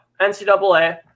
ncaa